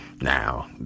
now